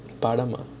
பாடமா:paadamaa